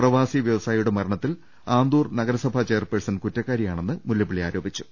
പ്രവാസി വൃവസായിയുടെ മരണത്തിൽ ആന്തൂർ നഗരസഭാ ചെയർപേഴ്സൺ കുറ്റക്കാരിയാണെന്നും മുല്ലപ്പള്ളി ആരോ പിച്ചു